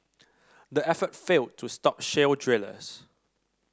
the effort failed to stop shale drillers